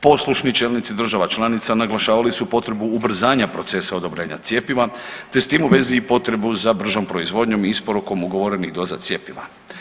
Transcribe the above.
Poslušni čelnici država članica naglašavali su potrebu ubrzanja procesa odobrenja cjepiva, te s tim u vezi i potrebu za bržom proizvodnjom i isporukom ugovorenih doza cjepiva.